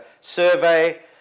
survey